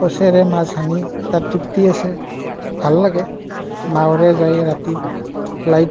কচেৰে মাছ হানি এটা তৃপ্তি আছে ভাল লাগে নাৱেৰে যাই ৰাতি লাইট